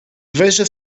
veja